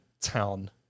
town